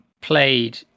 played